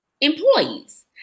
employees